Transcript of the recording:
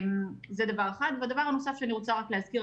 הדבר הנוסף שאני רוצה להזכיר.